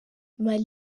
mali